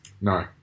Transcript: No